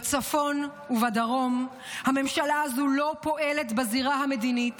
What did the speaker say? בצפון ובדרום הממשלה הזו לא פועלת בזירה המדינית